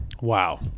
Wow